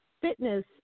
fitness